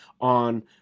on